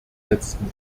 letzten